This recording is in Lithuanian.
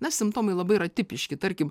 na simptomai labai yra tipiški tarkim